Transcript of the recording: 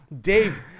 Dave